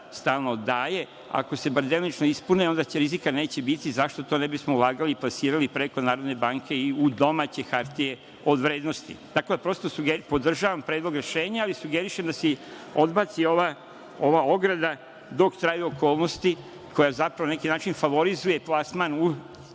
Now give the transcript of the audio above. stalno daje delimično ispune, onda rizika neće biti i zašto ne bismo ulagali i plasirali preko Narodne banke i u domaće hartije od vrednosti? Podržavam predlog rešenja, ali sugerišem da se odbaci ova ograda dok traju okolnosti koja zato na neki način favorizuje plasman